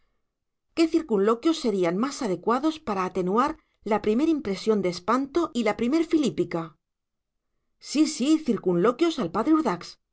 corte qué circunloquios serían más adecuados para atenuar la primer impresión de espanto y la primer filípica sí sí circunloquios al padre